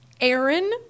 Aaron